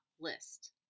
list